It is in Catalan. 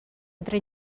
entre